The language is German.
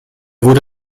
wurde